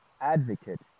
advocate